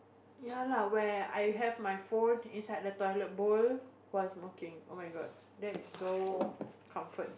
ya lah where I have my phone inside the toilet bowl was smoking oh-my-god that is so comfort